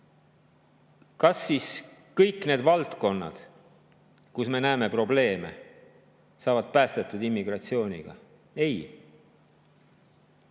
Kas siis kõik need valdkonnad, kus me näeme probleeme, saavad päästetud immigratsiooniga? Ei.